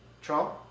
Trump